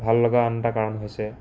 ভাললগা আন এটা কাৰণ হৈছে